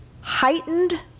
heightened